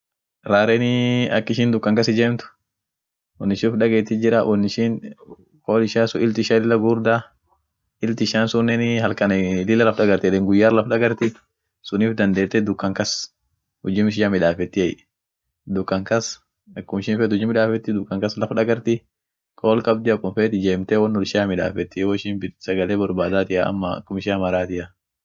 Rarenii ak ishin dukan kas ijemt won ishin uf dagetit jirra, won ishin kool ishia sun ilt ishia lilla gugurda, ilt ishia sunenii halkanii lilla laf dagarti eden, guyar laf dagarti suniff dandeete dukan kas ujum ishia midafetiey dukan kas akum ishin feet ujji midafeti dukan kas laff dagarti kool kabdi akum feet ijeemte won ishia midafeetiey woishin sagale borbadatia ama akum ishia marati.